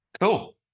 Cool